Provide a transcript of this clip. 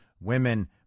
women